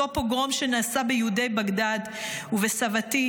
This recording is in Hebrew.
אותו פוגרום שנעשה ביהודי בגדאד ובסבתי,